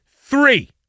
three